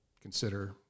consider